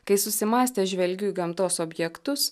kai susimąstęs žvelgiu į gamtos objektus